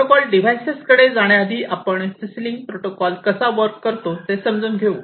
protocol devices कडे जाण्याआधी आपण CC लिंक प्रोटोकॉल कसा वर्क करतो ते समजून घेऊ